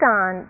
on